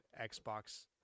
Xbox